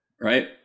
Right